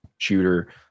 shooter